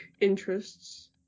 interests